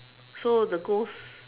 so the ghost